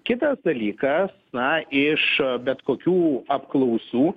kitas dalykas na iš bet kokių apklausų